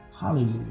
Hallelujah